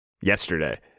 yesterday